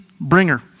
bringer